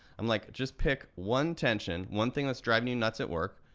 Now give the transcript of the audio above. i'm like, just pick one tension, one thing that's driving you nuts at work,